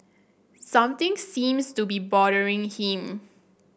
something seems to be bothering him